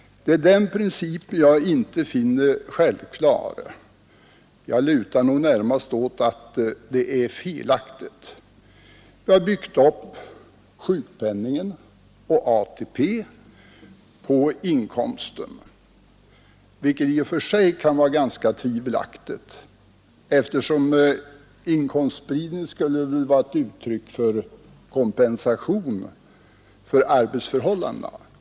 Det är den principen som jag inte finner självklar — jag lutar nog närmast åt att den är felaktig. Vi har byggt upp sjukpenning och ATP på inkomsten, vilket i och för sig kan vara ganska tvivelaktigt eftersom inkomstspridningen skall vara ett uttryck för kompensation för arbetsförhållandena.